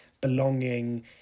belonging